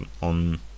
on